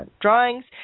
drawings